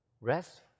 rest